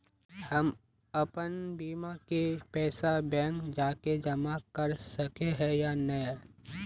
हम अपन बीमा के पैसा बैंक जाके जमा कर सके है नय?